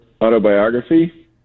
autobiography